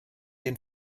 den